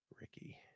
Ricky